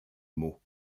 mots